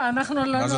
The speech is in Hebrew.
מה, אנחנו לא נורמליים?